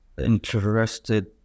interested